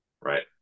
right